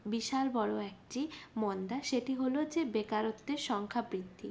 বিশাল বড় একটি মন্দা সেটি হলো যে বেকারত্বের সংখ্যা বৃদ্ধি